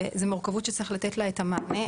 וזו מורכבות שצריך לתת לה את המענה.